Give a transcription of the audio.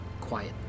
quiet